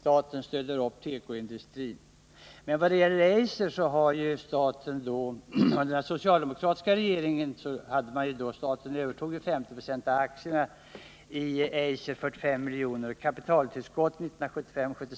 Vad sedan gäller Eiser övertog staten under den socialdemokratiska regeringens tid 50 96 av aktierna för 45 milj.kr. Man fick ett kapitaltillskott 1975/76 på 10 miljoner.